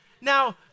Now